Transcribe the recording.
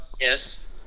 Yes